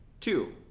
Two